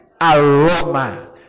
aroma